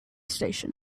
station